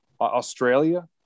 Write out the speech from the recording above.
Australia